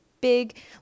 big